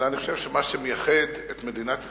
אלא מה שמייחד את מדינת ישראל,